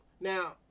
Now